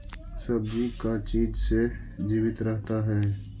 सब्जी का चीज से जीवित रहता है?